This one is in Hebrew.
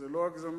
זה לא הגזמה,